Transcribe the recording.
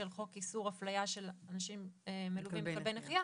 חוק איסור הפליה של אנשים מלווים בכלבי נחייה,